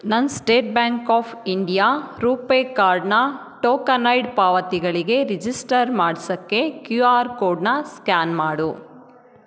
ನನ್ನ State Bank of India RuPay ಕಾರ್ಡ್ನ tokenised ಪಾವತಿಗಳಿಗೆ ರಿಜಿಸ್ಟರ್ ಮಾಡ್ಸೋಕ್ಕೆ ಕ್ಯೂ ಆರ್ ಕೋಡನ್ನು ಸ್ಕ್ಯಾನ್ ಮಾಡು